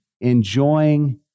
enjoying